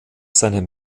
seinem